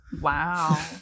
Wow